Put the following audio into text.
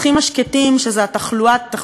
שזה תחלואת הסרטן,